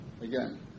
again